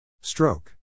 Stroke